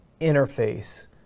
interface